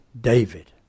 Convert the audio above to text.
David